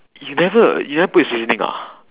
you never you never put in seasoning ah